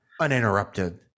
uninterrupted